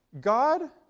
God